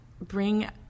bring